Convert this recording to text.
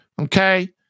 Okay